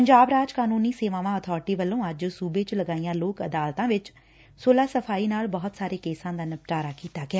ਪੰਜਾਬ ਰਾਜ ਕਾਨੂੰਨੀ ਸੇਵਾਵਾਂ ਅਬਾਰਟੀ ਵੱਲੋਂ ਅੱਜ ਸੁਬੇ ਵਿਚ ਲਗਾਈਆਂ ਲੋਕ ਅਦਾਲਤਾਂ ਵਿਚ ਸੁਲਾ ਸਫਾਈ ਨਾਲ ਬਹੁਤ ਸਾਰੇ ਕੇਸਾਂ ਦਾ ਨਿਪਟਾਰਾ ਕੀਤਾ ਗਿਆ